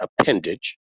appendage